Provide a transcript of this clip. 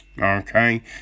Okay